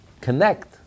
connect